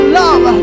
love